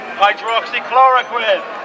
hydroxychloroquine